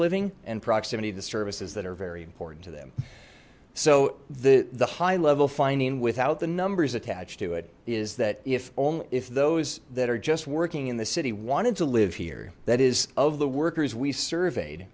living and proximity the services that are very important to them so the the high level finding without the numbers attached to it is that if only if those that are just working in the city wanted to live here that is of the workers we surveyed